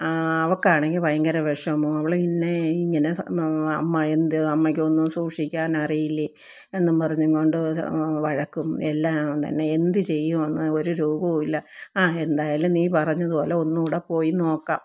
അവൾക്കാണെങ്കില് ഭയങ്കര വിഷമവും അവള് എന്നെ ഇങ്ങനെ അമ്മ എന്ത് അമ്മയ്ക്കൊന്നും സൂക്ഷിക്കാൻ അറിയില്ലേ എന്നും പറഞ്ഞുംകൊണ്ട് വഴക്കും എല്ലാം തന്നെ എന്തുചെയ്യും എന്ന് ഒരു രൂപവും ഇല്ല ആ എന്തായാലും നീ പറഞ്ഞതുപോലെ ഒന്നൂടെ പോയിനോക്കാം